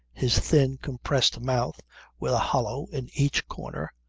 his thin compressed mouth with a hollow in each corner,